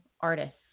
artists